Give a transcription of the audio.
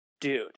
dude